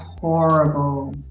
horrible